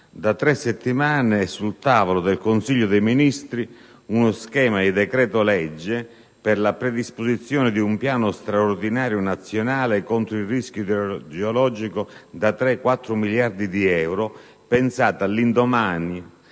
da tre settimane era sul tavolo del Consiglio dei ministri uno schema di decreto-legge per la predisposizione di un piano straordinario nazionale contro il rischio idrogeologico da 3-4 miliardi di euro, pensato all'indomani